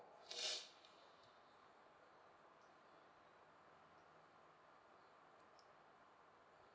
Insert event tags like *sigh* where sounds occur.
*breath*